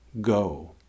go